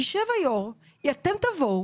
יישב היו"ר, אתם תבואו,